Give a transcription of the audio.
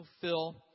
fulfill